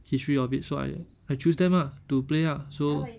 history of it so I I choose them lah to play ah so